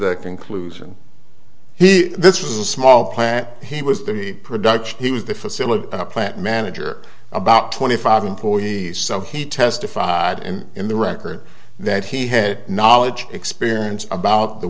the conclusion he this was a small plant he was the production he was the facility plant manager about twenty five employees some he testified and in the record that he had knowledge experience about the